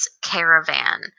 Caravan